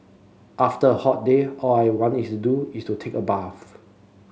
after a hot day all I want to do is take a bath